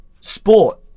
sport